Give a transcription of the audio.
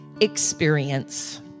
experience